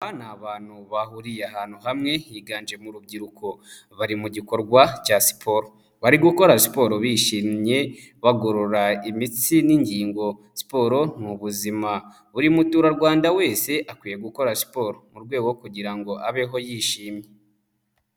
Aba ni abantu bahuriye ahantu hamwe higanjemo urubyiruko bari mu gikorwa cya siporo, bari gukora siporo bishimye bagorora imitsi n'ingingo, siporo ni buzima buri muturarwanda wese akwiye gukora siporo mu rwego rwo kugira ngo abeho yishimye.